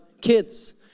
kids